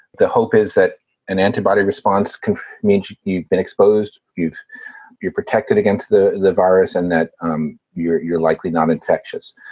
the hope is that an antibody response can mean you've been exposed. you're protected against the the virus and that um you're you're likely not infectious.